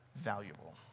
valuable